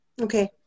Okay